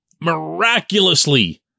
miraculously